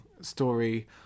story